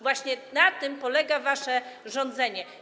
Właśnie na tym polega wasze rządzenie.